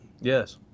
Yes